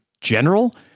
general